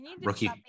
rookie